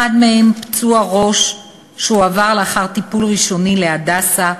אחד מהם פצוע ראש שהועבר לאחר טיפול ראשוני ל"הדסה",